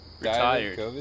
retired